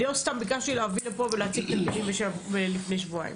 ואני לא סתם ביקשתי להביא לפה ולהציג את הנתונים לפני שבועיים.